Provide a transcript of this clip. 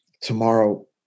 tomorrow